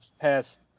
past